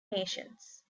nations